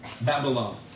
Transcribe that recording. Babylon